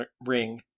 ring